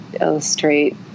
illustrate